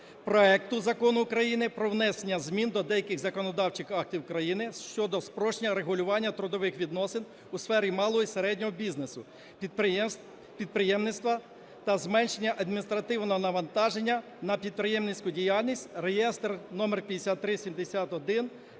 проекту Закону України "Про внесення змін до деяких законодавчих актів щодо спрощення регулювання трудових відносин у сфері малого і середнього бізнесу, підприємств... підприємництва та зменшення адміністративного навантаження на підприємницьку діяльність (реєстр. № 5371